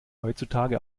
heutzutage